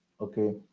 okay